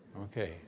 Okay